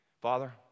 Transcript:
Father